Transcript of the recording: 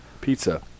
pizza